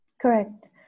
Correct